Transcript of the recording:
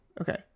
Okay